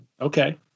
Okay